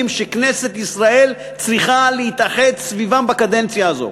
שכנסת ישראל צריכה להתאחד סביבם בקדנציה הזאת.